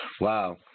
Wow